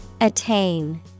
Attain